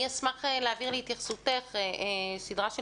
אני אשמח להעביר להתייחסותך סדרה של